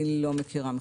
אני לא מכירה.